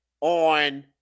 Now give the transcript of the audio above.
on